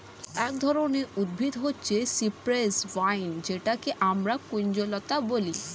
এক ধরনের উদ্ভিদ হচ্ছে সিপ্রেস ভাইন যেটাকে আমরা কুঞ্জলতা বলি